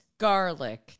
Garlic